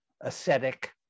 ascetic